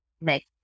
make